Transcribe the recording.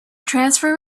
transfer